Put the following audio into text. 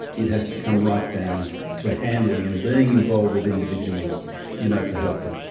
it has to come right down to handling and being involved with individuals you know to help them.